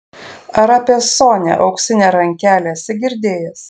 ar apie sonią auksinę rankelę esi girdėjęs